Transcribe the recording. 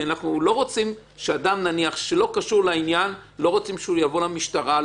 אנחנו לא רוצים שאדם שלא קשור לעניין יבוא למשטרה,